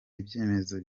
ibyemezo